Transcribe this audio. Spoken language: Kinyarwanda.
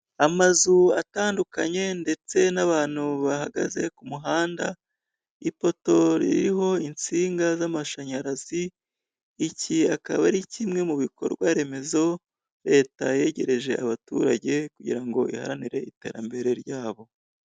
Amazu atandukanye ndetse n'abantu bahagaze ku muhanda, ipoto ririho insinga z'amashanyarazi, iki akaba ari kimwe mu bikorwa remezo, leta yegereje abaturage, kugira ngo iharanire iterambere ryabo.